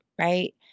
right